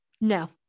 No